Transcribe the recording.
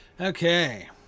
Okay